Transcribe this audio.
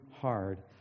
hard